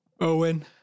Owen